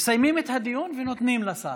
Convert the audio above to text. מסיימים את הדיון ונותנים לשר.